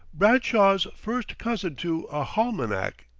bradshaw's first-cousin to a halmanack,